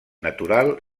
natural